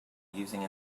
using